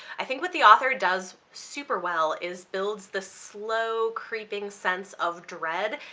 i think what the author does super well is builds the slow, creeping sense of dread.